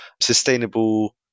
sustainable